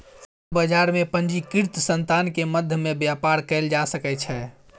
share बजार में पंजीकृत संतान के मध्य में व्यापार कयल जा सकै छै